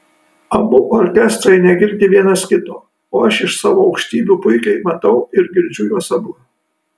abu orkestrai negirdi vienas kito o aš iš savo aukštybių puikiai matau ir girdžiu juos abu